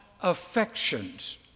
affections